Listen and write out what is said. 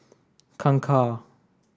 Kangkar